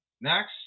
Next